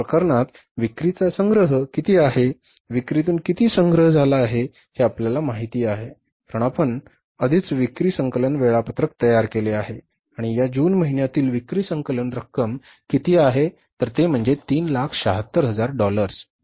तर या प्रकरणात विक्रीचा संग्रह किती आहे विक्रीतून किती संग्रह झाला आहे हे आपल्याला माहिती आहे कारण आपण आधीच विक्री संकलन वेळापत्रक तयार केले आहे आणि या जून महिन्यातील विक्री संकलन रक्कम किती आहे तर ते म्हणजे 376000 डॉलर्स